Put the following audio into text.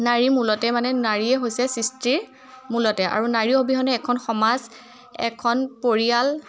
নাৰীৰ মূলতে মানে নাৰীয়ে হৈছে সৃষ্টিৰ মূলতে আৰু নাৰী অবিহনে এখন সমাজ এখন পৰিয়াল